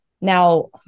Now